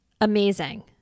Amazing